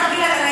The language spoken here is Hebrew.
הוא צייץ,